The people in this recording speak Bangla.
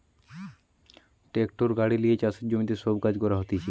ট্রাক্টার গাড়ি লিয়ে চাষের জমিতে সব কাজ করা হতিছে